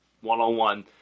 one-on-one